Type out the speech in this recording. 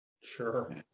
Sure